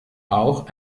auch